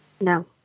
no